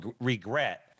regret